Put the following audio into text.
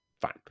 Fine